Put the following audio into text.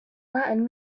latin